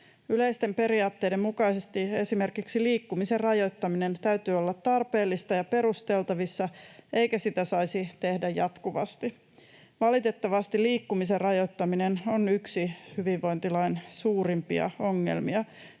Yleisten periaatteiden mukaisesti esimerkiksi liikkumisen rajoittamisen täytyy olla tarpeellista ja perusteltavissa eikä sitä saisi tehdä jatkuvasti. Valitettavasti liikkumisen rajoittaminen on yksi hyvinvointilain suurimpia ongelmia